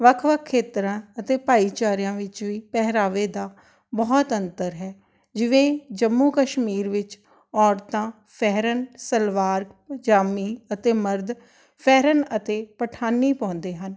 ਵੱਖ ਵੱਖ ਖੇਤਰਾਂ ਅਤੇ ਭਾਈਚਾਰਿਆਂ ਵਿੱਚ ਵੀ ਪਹਿਰਾਵੇ ਦਾ ਬਹੁਤ ਅੰਤਰ ਹੈ ਜਿਵੇਂ ਜੰਮੂ ਕਸ਼ਮੀਰ ਵਿੱਚ ਔਰਤਾਂ ਫੈਹਰਨ ਸਲਵਾਰ ਪਜਾਮੀ ਅਤੇ ਮਰਦ ਫੈਹਰਨ ਅਤੇ ਪਠਾਨੀ ਪਾਉਂਦੇ ਹਨ